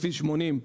בכביש 80,